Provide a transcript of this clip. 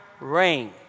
rain